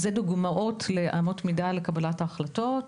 יש כאן דוגמאות לאמות מידה לקבלת ההחלטות.